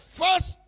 first